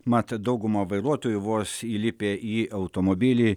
mat dauguma vairuotojų vos įlipę į automobilį